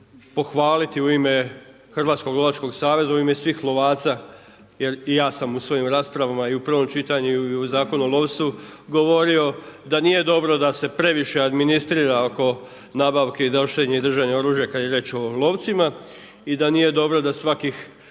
pohvaliti u ime Hrvatskog lovačkog saveza, u ime svih lovaca jer i ja sam u svojim raspravama i u prvom čitanju, i u Zakonu o lovstvu govorio da nije dobro da se previše administrira oko nabavke, nošenje i držanje oružja kada je riječ o lovcima i da nije dobro da svakih